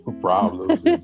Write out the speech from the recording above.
problems